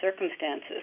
circumstances